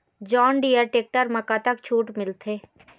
John Deere tractor म कतक छूट मिलथे?